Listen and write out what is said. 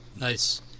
Nice